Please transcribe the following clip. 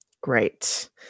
great